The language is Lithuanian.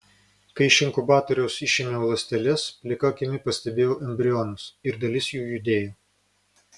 kai iš inkubatoriaus išėmiau ląsteles plika akimi pastebėjau embrionus ir dalis jų judėjo